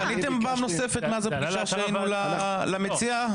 מאז הפגישה שהיינו, פניתם פעם נוספת למציע?